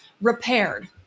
repaired